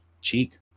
cheek